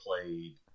played